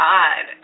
God